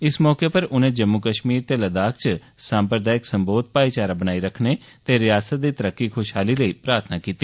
इस मौके पर उनें जम्मू कश्मीर ते लद्दाख च सांप्रदायिक सम्बोध भाईचारा बनाई रक्खने ते रियासत दी तरक्की खुशहाली लेई प्रार्थना कीती